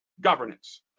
governance